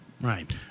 Right